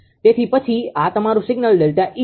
તેથી પછી આ તમારું સિગ્નલ ΔE છે